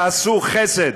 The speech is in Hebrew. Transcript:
תעשו חסד